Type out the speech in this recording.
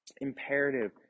imperative